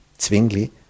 Zwingli